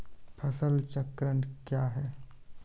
फसल चक्रण कया हैं?